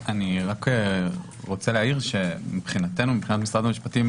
אני רוצה להעיר שמבחינת משרד המשפטים